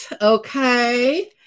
Okay